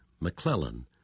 McClellan